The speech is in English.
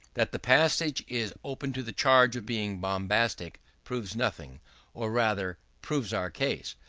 that the passage is open to the charge of being bombastic proves nothing or rather, proves our case.